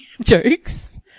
jokes